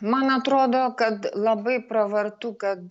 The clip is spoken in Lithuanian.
man atrodo kad labai pravartu kad